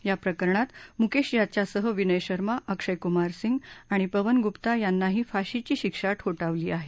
या प्रकरणात मुकेश याच्यासह विनय शर्मा अक्षय कुमार सिंग आणि पवन गुप्ता यांनाही फाशीची शिक्षा ठोठावली आहे